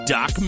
Doc